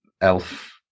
elf